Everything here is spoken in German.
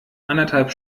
anderthalb